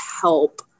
help